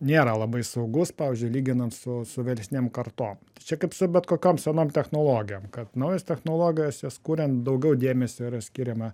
nėra labai saugus pavyzdžiui lyginant su su vyresnėm kartom tai čia kaip su bet kokiom senom technologijom kad naujas technologijas jas kuriant daugiau dėmesio yra skiriama